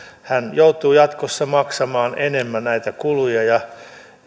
hän joutuu jatkossa maksamaan enemmän näitä kuluja ja